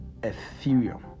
Ethereum